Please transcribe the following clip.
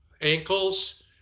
ankles